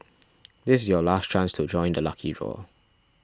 this is your last chance to join the lucky draw